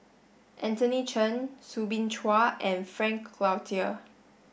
Anthony Chen Soo Bin Chua and Frank Cloutier